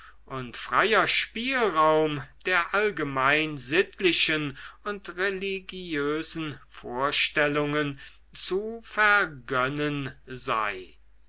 und freier spielraum der allgemein sittlichen und religiösen vorstellungen zu vergönnen sei